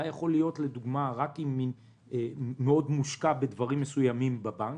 אתה יכול להיות מאוד מושקע בדברים מסוימים בבנק